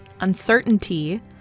uncertainty